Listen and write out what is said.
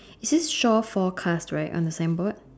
it says shore forecast right on the same boat